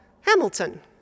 Hamilton